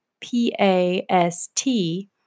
P-A-S-T